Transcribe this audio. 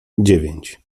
dziewięć